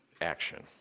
Action